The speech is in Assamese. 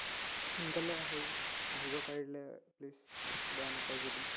সোনকালে আহে আহিব পাৰিলে প্লিজ বেয়া নাপায় যদি